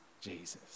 Jesus